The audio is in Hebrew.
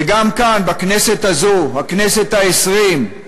וגם כאן, בכנסת הזאת, הכנסת העשרים,